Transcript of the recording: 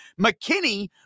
McKinney